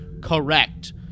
correct